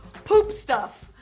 poop stuff.